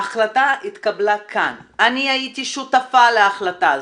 ההחלטה התקבלה כאן, אני הייתי שותפה להחלטה הזאת.